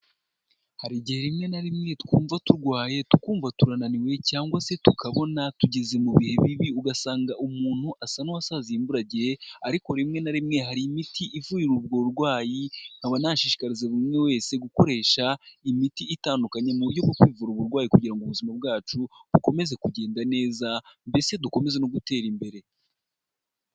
Hari igihe rimwe na rimwe twumva turwaye, tukumva turananiwe cyangwa se tukabona tugeze mu bihe bibi, ugasanga umuntu asa n'uwasaziye imburagihe ariko rimwe na rimwe hari imiti ivura ubwo burwayi, nkaba nashishikariza buri umwe wese gukoresha imiti itandukanye, mu buryo bwo kwivura uburwayi kugira ngo ubuzima bwacu bukomeze kugenda neza, mbese dukomeze no gutera imbere.